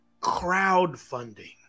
crowdfunding